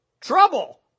trouble